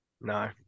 No